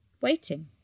Waiting